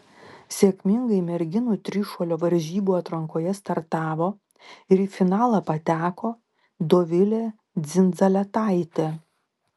sėkmingai merginų trišuolio varžybų atrankoje startavo ir į finalą pateko dovilė dzindzaletaitė